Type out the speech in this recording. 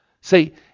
Say